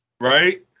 right